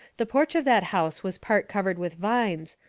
the porch of that house was part covered with vines,